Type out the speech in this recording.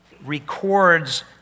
records